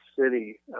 City